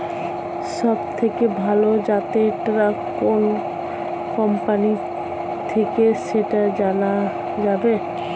সবথেকে ভালো জাতের ট্রাক্টর কোন কোম্পানি থেকে সেটা জানা যাবে?